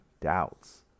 doubts